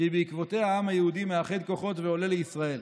שבעקבותיה העם היהודי מאחד כוחות ועולה לישראל.